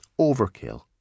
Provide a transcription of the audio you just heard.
overkill